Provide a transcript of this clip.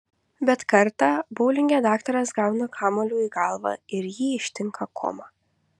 bet kartą boulinge daktaras gauna kamuoliu į galvą ir jį ištinka koma